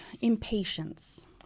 Impatience